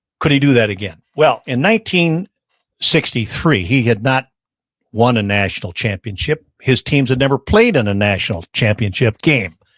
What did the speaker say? could he do that again? well, in one sixty three he had not won a national championship, his teams had never played in a national championship game.